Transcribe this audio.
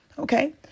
Okay